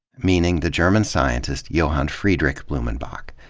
meaning the german scientist, johann friedrich blumenbach.